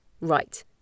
Right